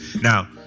Now